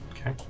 Okay